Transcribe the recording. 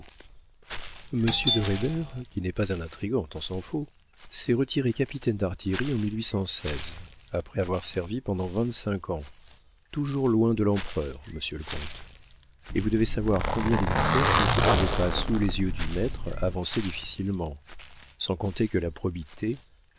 monsieur de reybert qui n'est pas un intrigant tant s'en faut s'est retiré capitaine d'artillerie en après avoir servi pendant vingt-cinq ans toujours loin de l'empereur monsieur le comte et vous devez savoir combien les militaires qui ne se trouvaient pas sous les yeux du maître avançaient difficilement sans compter que la probité